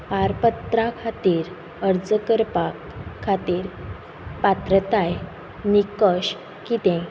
पारपत्रा खातीर अर्ज करपा खातीर पात्रताय निकश कितें